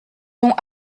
ont